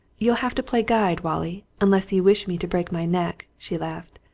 you'll have to play guide, wallie, unless you wish me to break my neck, she laughed.